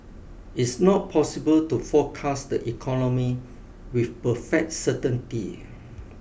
it's not possible to forecast the economy with perfect certainty